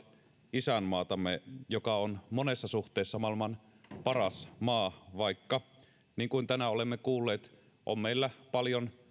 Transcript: isänmaatamme joka on monessa suhteessa maailman paras maa vaikka niin kuin tänään olemme kuulleet paljon